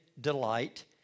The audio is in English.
delight